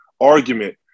argument